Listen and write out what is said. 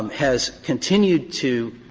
has continued to